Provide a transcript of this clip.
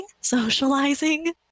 socializing